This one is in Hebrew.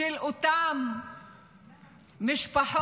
של אותן משפחות